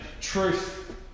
Truth